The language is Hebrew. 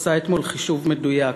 עשה אתמול חישוב מדויק,